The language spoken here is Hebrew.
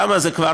כמה זה כבר?